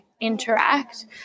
interact